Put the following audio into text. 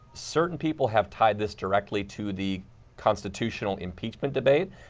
certain people have tied this directly to the constitutional impeachment debate.